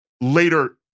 later